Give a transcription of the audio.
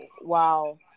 wow